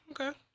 okay